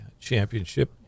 championship